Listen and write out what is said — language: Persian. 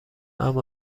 اما